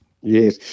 Yes